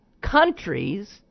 Countries